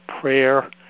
prayer